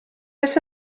oes